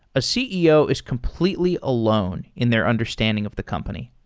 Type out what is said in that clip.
a ceo is completely alone in their understanding of the company.